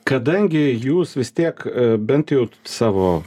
kadangi jūs vis tiek bent jau savo